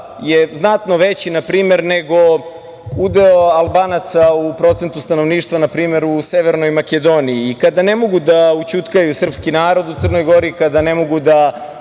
je znatno veći npr. nego udeo Albanaca u procentu stanovništva npr. u Severnoj Makedoniji. Kada ne mogu da ućutkaju srpski narod u Crnoj Gori, kada ne mogu da